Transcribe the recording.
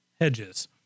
hedges